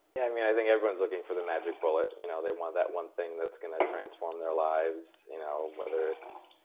yeah. i mean, i think everyone's looking for the magic bullet. you know they want that one thing that's gonna transform their lives you know whether it's